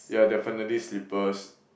ya definitely slippers